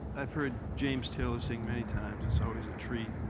i've heard james taylor sing many times. it's always a treat